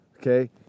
okay